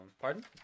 pardon